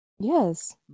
yes